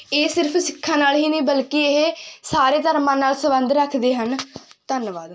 ਇਹ ਸਿਰਫ ਸਿੱਖਾਂ ਨਾਲ ਹੀ ਨਹੀਂ ਬਲਕਿ ਇਹ ਸਾਰੇ ਧਰਮਾਂ ਨਾਲ ਸੰਬੰਧ ਰੱਖਦੇ ਹਨ ਧੰਨਵਾਦ